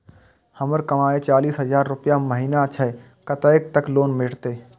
हमर कमाय चालीस हजार रूपया महिना छै कतैक तक लोन भेटते?